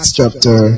chapter